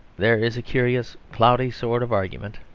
there is a curious, cloudy sort of argument,